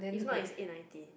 if not is eight ninety